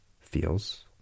feels